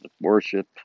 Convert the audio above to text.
worship